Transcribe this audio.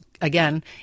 again